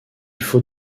faut